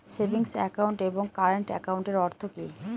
Savings account এবং current একাউন্টের অর্থ কি?